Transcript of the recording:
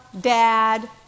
dad